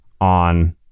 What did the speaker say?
on